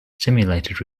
simulated